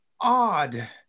odd